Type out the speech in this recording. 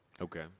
Okay